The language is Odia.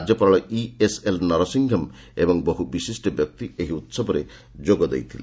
ରାଜ୍ୟପାଳ ଇଏସ୍ଏଲ୍ ନରସିଂହମ୍ ଏବଂ ବହୁ ବିଶିଷ୍ଟ ବ୍ୟକ୍ତି ଏହି ଉସବରେ ଯୋଗ ଦେଇଥିଲେ